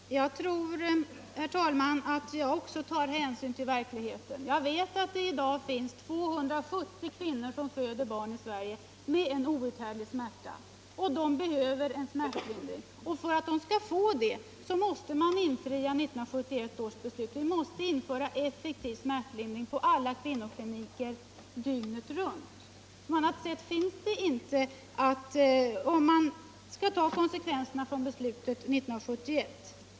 Herr talman! Jag tror, herr talman, att jag också tar hänsyn till verkligheten. Jag vet att det i dag finns 270 kvinnor som föder barn i Sverige med en outhärdlig smärta. De behöver smärtlindring och vi måste infria 1971 års beslut och ge dem det. Vi måste införa effektiv smärtlindring på alla kvinnokliniker, dygnet runt. På annat sätt kan man inte fullfölja beslutet från 1971.